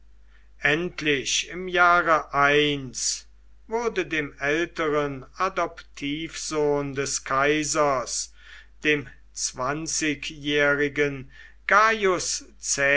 endlich im jahre wurde dem älteren adoptivsohn des kaisers dem zwanzigjährigen